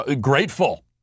grateful